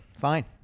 Fine